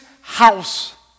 house